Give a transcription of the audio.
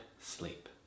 sleep